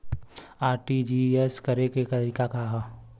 RTGS करे के तरीका का हैं?